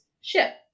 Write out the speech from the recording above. ship